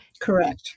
Correct